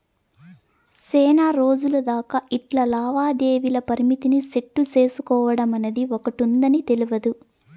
సేనారోజులు దాకా ఇట్లా లావాదేవీల పరిమితిని సెట్టు సేసుకోడమనేది ఒకటుందని తెల్వదు